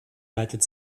leitet